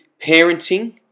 parenting